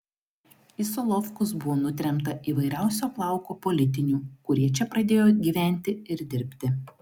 į solovkus buvo nutremta įvairiausio plauko politinių kurie čia pradėjo gyventi ir dirbti